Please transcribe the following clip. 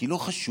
כי לא חשוב,